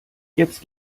jetzt